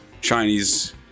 Chinese